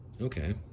Okay